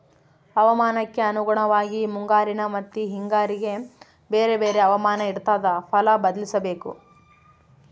ಹವಾಮಾನಕ್ಕೆ ಅನುಗುಣವಾಗಿ ಮುಂಗಾರಿನ ಮತ್ತಿ ಹಿಂಗಾರಿಗೆ ಬೇರೆ ಬೇರೆ ಹವಾಮಾನ ಇರ್ತಾದ ಫಲ ಬದ್ಲಿಸಬೇಕು